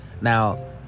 Now